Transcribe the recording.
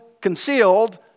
concealed